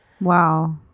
Wow